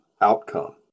outcome